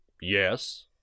Yes